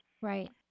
Right